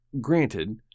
granted